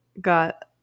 got